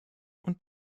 und